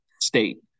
State